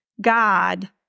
God